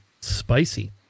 spicy